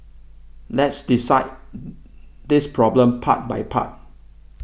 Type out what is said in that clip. let's dissect this problem part by part